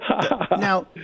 Now